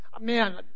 Man